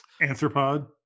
Anthropod